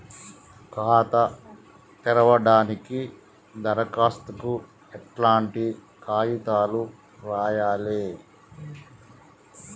ఖాతా తెరవడానికి దరఖాస్తుకు ఎట్లాంటి కాయితాలు రాయాలే?